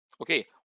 okay